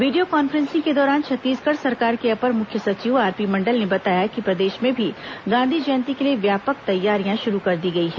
video conferencing के दौरान छत्तीसगढ़ सरकार के अपर मुख्य सचिव आरपी मंडल ने बताया कि प्रदेश में भी गांधी जयंती के लिए व्यापक तैयारियां शुरू कर दी गई हैं